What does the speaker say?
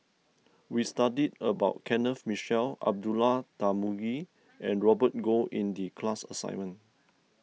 we studied about Kenneth Mitchell Abdullah Tarmugi and Robert Goh in the class assignment